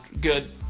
Good